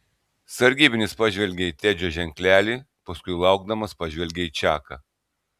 sargybinis pažvelgė į tedžio ženklelį paskui laukdamas pažvelgė į čaką